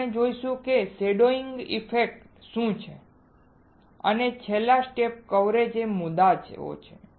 આપણે જોઈશું કે શેડોઇંગ ઇફેક્ટ શું છે અને છેલ્લે સ્ટેપ કવરેજ એ મુદ્દાઓ છે